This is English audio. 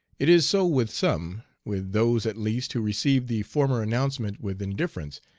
it is so with some, with those, at least, who received the former announcement with indifference,